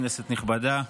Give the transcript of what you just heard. כנסת נכבדה,